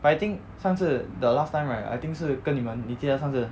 but I think 上次 the last time right I think 是跟你们你记得上次